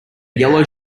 yellow